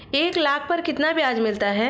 एक लाख पर कितना ब्याज मिलता है?